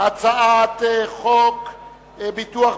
אני קובע שהצעת חוק לשכת עורכי-הדין (תיקון,